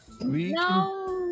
No